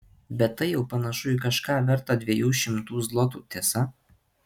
bet tai jau panašu į kažką vertą dviejų šimtų zlotų tiesa